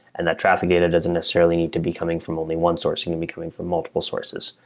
and that traffic data doesn't necessarily need to be coming from only one source. you can be coming from multiple sources,